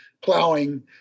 plowing